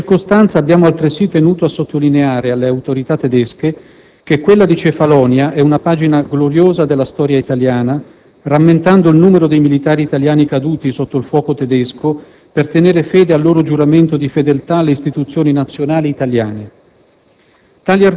Nella circostanza, abbiamo altresì tenuto a sottolineare alle autorità tedesche che quella di Cefalonia è una pagina gloriosa della storia italiana, rammentando il numero dei militari italiani caduti sotto il fuoco tedesco per tenere fede al loro giuramento di fedeltà alle istituzioni nazionali italiane.